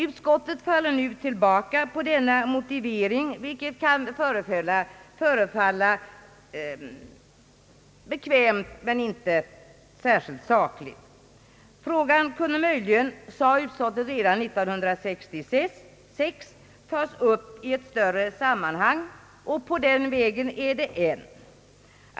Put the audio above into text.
Utskottet faller nu tillbaka på denna motivering, vilket kan förefalla bekvämt men inte särskilt sakligt. Frågan kunde möjligen, framhölls det i ett utlåtande redan år 1966, tas upp i ett större sammanhang, och på den vägen är den ännu.